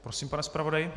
Prosím, pane zpravodaji.